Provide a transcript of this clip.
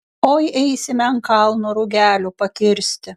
oi eisime ant kalno rugelių pakirsti